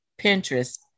Pinterest